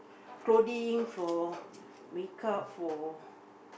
clothing for make up for